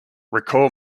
recall